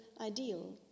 ideal